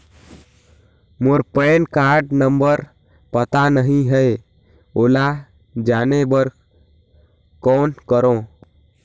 मोर PAN card number पता नहीं है, ओला जाने बर कौन करो?